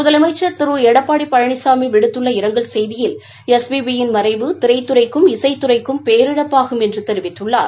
முதலமைச்சா் திரு எடப்பாடி பழனிசாமி விடுத்துள்ள இரங்கல் செய்தியில் எஸ் பி பி யின் மறைவு திரைத் துறைக்கும் இசைத் துறைக்கும் பேரிழப்பாகும் என்று தெரிவித்துள்ளார்